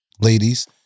ladies